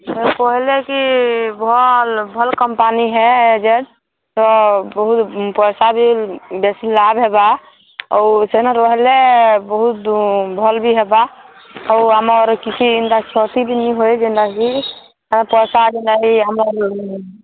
ହଁ କହେଲେ କି ଭଲ୍ ଭଲ୍ କମ୍ପାନୀ ହେ ଏଜାର୍ଟ ତ ବହୁତ୍ ପଇସା ବି ବେଶୀ ଲାଭ୍ ହେବା ଆଉ ସେନ ରହେଲେ ବହୁତ୍ ଭଲ୍ ବି ହେବା ଆଉ ଆମର୍ କିଛି ଏନ୍ତା କ୍ଷତି ବି ନାଇଁ ହୁଏ ଯେନ୍ତା କି ପଇସା ଯେନ୍ତା କି ଆମର୍